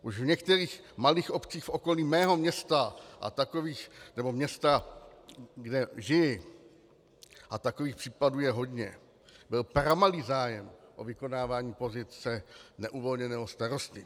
Už v některých malých obcích v okolí mého města nebo města, kde žiji, a takových případů je hodně, byl pramalý zájem o vykonávání pozice neuvolněného starosty.